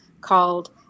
called